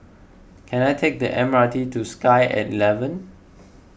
can I take the M R T to Sky eleven